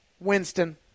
Winston